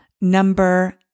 Number